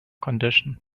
condition